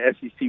SEC